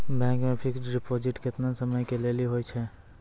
Bank मे fixed deposit केतना समय के लेली होय छै?